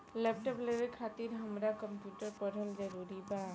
Laptop लेवे खातिर हमरा कम्प्युटर पढ़ल जरूरी बा?